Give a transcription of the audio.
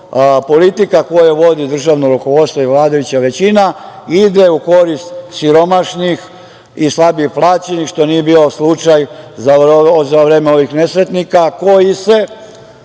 politika koju vodi državno rukovodstvo i vladajuća većina ide u korist siromašnih i slabije plaćenih što ranije nije bio slučaj za vreme ovih nesretnika koji se